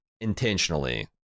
intentionally